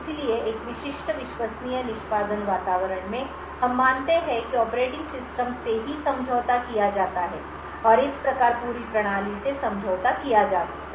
इसलिए एक विशिष्ट विश्वसनीय निष्पादन वातावरण में हम मानते हैं कि ऑपरेटिंग सिस्टम से ही समझौता किया जाता है और इस प्रकार पूरी प्रणाली से समझौता किया जा सकता है